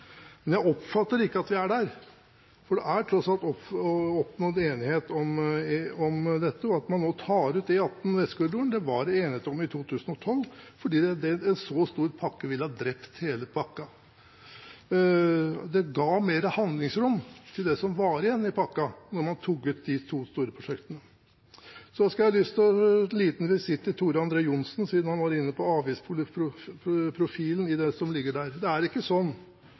Men jeg oppfatter ikke at vi er der, for det er tross alt oppnådd enighet om dette. Og det at man nå tar ut E18 Vestkorridoren, var det enighet om i 2012, fordi en så stor pakke ville ha drept hele pakken. Det ga mer handlingsrom til det som var igjen i pakken at man tok ut de to store prosjektene. Så en liten visitt til Tor André Johnsen, siden han var inne på avgiftsprofilen i det som ligger der. Det er ikke sånn